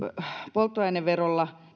polttoaineverolla